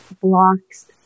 blocks